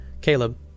Caleb